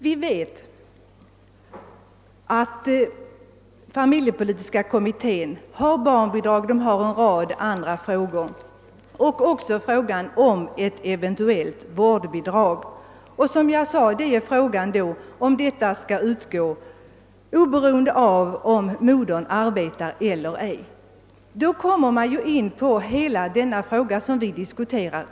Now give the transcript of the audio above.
Vi vet att familjepolitiska kommittén har att behandla bl.a. frågorna om barnbidrag och ett eventuellt vårdbidrag. Det gäller härvid, såsom jag framhållit, huruvida detta skall utgå oberoende av om modern arbetar eller ej. Det spörsmålet har också samband med den fråga vi nu diskuterar.